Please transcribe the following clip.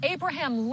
Abraham